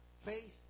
Faith